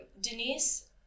Denise